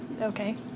Okay